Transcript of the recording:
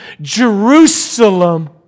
Jerusalem